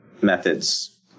methods